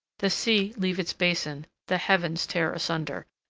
the sea leave its basin, the heavens tear asunder,